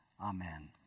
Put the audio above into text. Amen